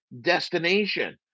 destination